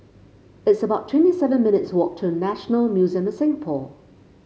it's about twenty seven minutes' walk to National Museum of Singapore